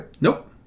Nope